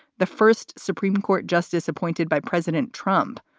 the first supreme court justice appointed by president trump,